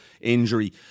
injury